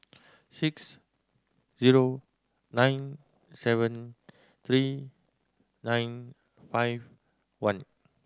six zero nine seven three nine five one